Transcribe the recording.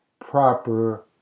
proper